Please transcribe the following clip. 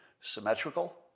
Symmetrical